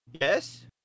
Yes